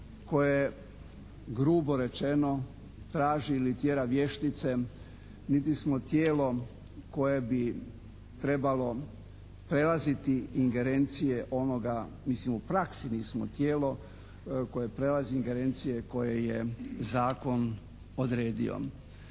koje grubo rečeno traži ili tjera vještice, niti smo tijelo koje bi trebalo prelaziti ingerencije onoga, mislim u praksi mi smo tijelo koje prelazi ingerencije koje je zakon odredio.